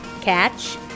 catch